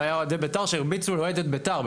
זה היה אוהדי בית"ר שהרביצו לאוהדת בית"ר,